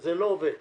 זה לא עובד ככה.